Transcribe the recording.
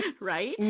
right